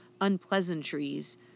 unpleasantries